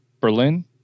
berlin